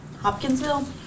hopkinsville